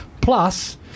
plus